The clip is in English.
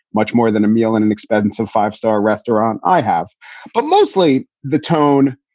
much more than a meal and an expensive five star restaurant? i have but mostly the tone.